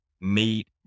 meet